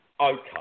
Okay